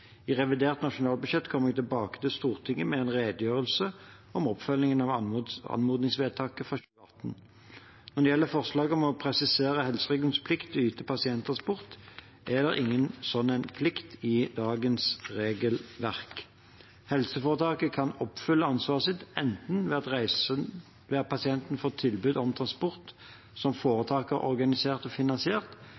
I revidert nasjonalbudsjett kommer jeg tilbake til Stortinget med en redegjørelse om oppfølgingen av anmodningsvedtaket fra 2018. Når det gjelder forslaget om å presisere helseregionens plikt til å yte pasienttransport, er det ingen sånn plikt i dagens regelverk. Helseforetaket kan oppfylle ansvaret sitt enten ved at pasienten får tilbud om transport som